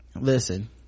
listen